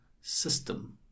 system